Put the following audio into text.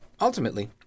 ultimately